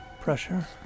pressure